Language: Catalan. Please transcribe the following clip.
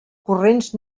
corrents